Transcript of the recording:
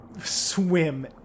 swim